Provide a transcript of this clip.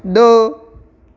दो